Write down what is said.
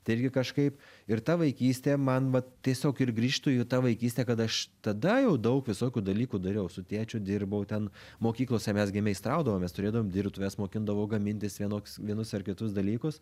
tai irgi kažkaip ir ta vaikystė man vat tiesiog ir grįžtu į tą vaikystę kad aš tada jau daug visokių dalykų dariau su tėčiu dirbau ten mokyklose mes gi meistraudavom mes turėdavom dirbtuves mokindavo gamintis vienoks vienus ar kitus dalykus